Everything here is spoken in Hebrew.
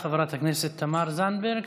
תודה, חברת הכנסת תמר זנדברג.